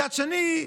מצד שני,